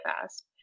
fast